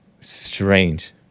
Strange